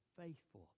faithful